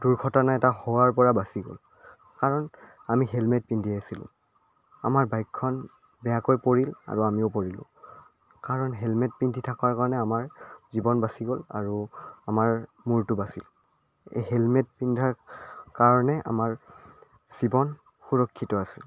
দুৰ্ঘটনা এটা হোৱাৰপৰা বাচি গ'ল কাৰণ আমি হেলমেট পিন্ধি আছিলোঁ আমাৰ বাইকখন বেয়াকৈ পৰিল আৰু আমিও পৰিলোঁ কাৰণ হেলমেট পিন্ধি থকাৰ কাৰণে আমাৰ জীৱন বাচি গ'ল আৰু আমাৰ মূৰটো বাচিল এই হেলমেট পিন্ধাৰ কাৰণে আমাৰ জীৱন সুৰক্ষিত আছিল